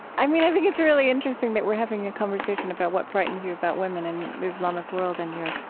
i mean, i think it's really interesting that we're having a conversation about what frightens you about women and the islamic world, and yeah